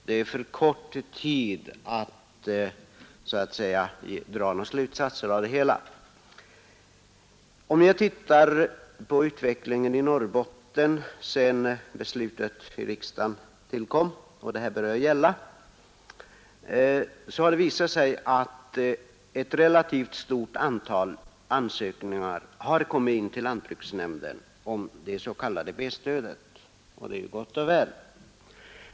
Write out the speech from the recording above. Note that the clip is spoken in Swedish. Det har gått för kort tid för att man skall kunna dra några slutsatser av det hela, menar han. Om jag tittar på utvecklingen i Norrbotten sedan beslutet tillkom i riksdagen och stödreglerna började gälla, så finner jag att ett relativt stort antal ansökningar om det s.k. B-stödet har lämnats in till lantbruksnämnden, och det är gott och väl.